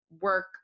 work